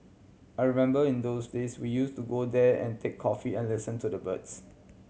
I remember in those days we use to go there and take coffee and listen to the birds